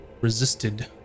resisted